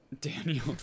Daniel